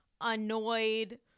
annoyed